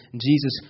Jesus